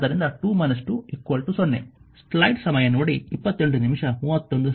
ಆದ್ದರಿಂದ ವಾಸ್ತವವಾಗಿ 1 ಆದ್ದರಿಂದ 2 2 0